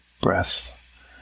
breath